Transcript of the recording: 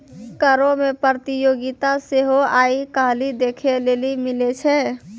करो मे प्रतियोगिता सेहो आइ काल्हि देखै लेली मिलै छै